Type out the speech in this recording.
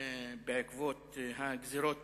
בעקבות הגזירות